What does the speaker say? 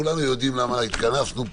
כולנו יודעים למה התכנסנו פה,